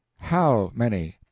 how many?